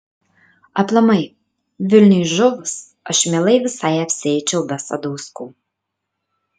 aplamai vilniui žuvus aš mielai visai apsieičiau be sadauskų